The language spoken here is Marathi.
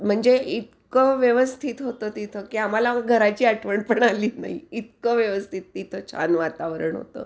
म्हणजे इतकं व्यवस्थित होतं तिथं की आम्हाला घराची आठवण पण आली नाही इतकं व्यवस्थित तिथं छान वातावरण होतं